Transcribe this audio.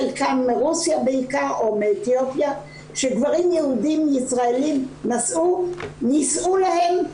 חלקן מרוסיה או מאתיופיה שגברים יהודים-ישראלים נישאו להן,